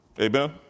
Amen